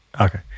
okay